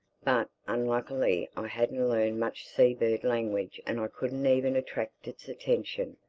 but unluckily i hadn't learned much sea-bird language and i couldn't even attract its attention,